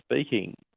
speaking